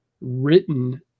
written